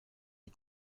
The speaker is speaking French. les